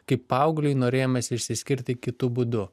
kaip paaugliui norėjimas išsiskirti kitu būdu